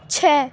چھ